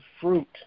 fruit